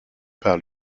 par